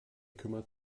kümmert